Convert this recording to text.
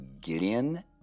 Gideon